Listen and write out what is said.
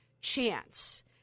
chance